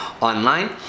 online